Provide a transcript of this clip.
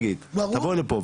תבואי לפה,